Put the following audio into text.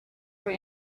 were